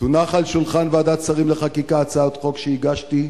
תונח על שולחן ועדת שרים לחקיקה הצעת חוק שהגשתי,